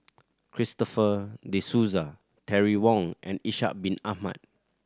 Christopher De Souza Terry Wong and Ishak Bin Ahmad